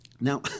Now